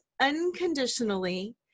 Unconditionally